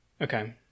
Okay